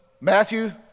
Matthew